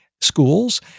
schools